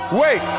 wait